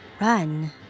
Run